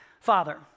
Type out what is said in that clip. Father